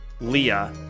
Leah